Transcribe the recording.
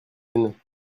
une